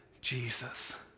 Jesus